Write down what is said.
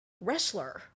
wrestler